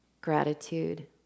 gratitude